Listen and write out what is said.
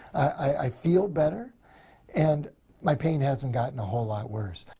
i feel better and my pain hasn't gotten a whole lot worse.